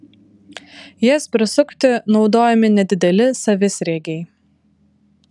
jas prisukti naudojami nedideli savisriegiai